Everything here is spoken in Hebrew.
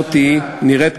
זאת המטרה,